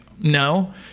no